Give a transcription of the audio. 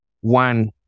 one